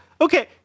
Okay